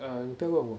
err 你不要问我